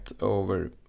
over